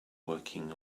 working